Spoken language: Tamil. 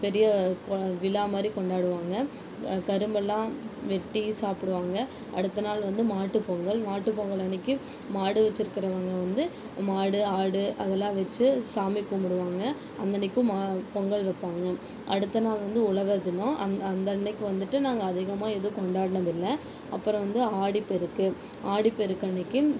பெரிய விழா மாதிரி கொண்டாடுவாங்க கரும்பலாம் வெட்டி சாப்பிடுவாங்க அடுத்த நாள் வந்து மாட்டுப் பொங்கல் மாட்டுப் பொங்கல் அன்னைக்கு மாடு வச்சுருக்கறவங்க வந்து மாடு ஆடு அதெலாம் வச்சு சாமி கும்பிடுவாங்க அந்தன்னைக்கும் மா பொங்கல் வைப்பாங்க அடுத்த நாள் வந்து உழவர் தினம் அந் அந்தன்னைக்கு வந்துவிட்டு நாங்கள் அதிகமாக எதுவும் கொண்டாட்னதில்லை அப்புறம் வந்து ஆடிப் பெருக்கு ஆடிப் பெருக்கு அன்னைக்கு